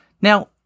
Now